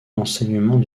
l’enseignement